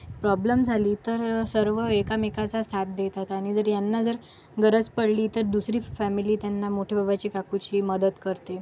problem झाली तर सर्व एकमेकाचा साथ देतात आणि जर यांना जर गरज पडली तर दुसरी फॅमिली त्यांना मोठे बाबाची काकूची मदत करते